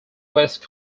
west